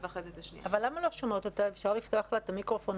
עוד פעם